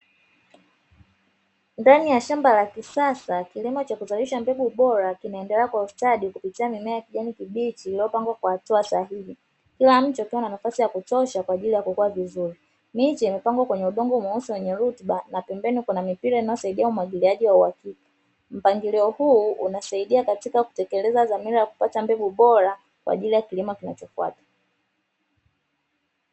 Ndani ya shamba la kisasa, kilimo cha kuzalishaji mbegu bora kinaendelea kwa ustadi kupitia mimea ya kijani kibichi iliyopangwa kwa hatua sahihi. Kila mche ukiwa na nafasi ya kutosha kwa ajili ya kukua vizuri. Miche imepangwa kwenye udongo mweusi wenye rutuba na pembeni kuna mipira inayosaidia umwagiliaji wa uhakika. Mpangilio huu unasaidia katika kutekeleza dhamira ya kupata mbegu bora kwa ajili ya kilimo kinachofuata.